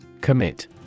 Commit